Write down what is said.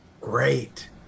Great